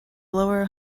lower